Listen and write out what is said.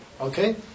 Okay